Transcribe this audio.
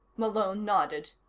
malone nodded.